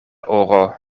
oro